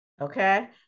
Okay